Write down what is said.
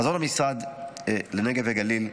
חזון המשרד לנגב והגליל,